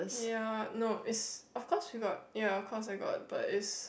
ya no it's of course we got ya of course I got but is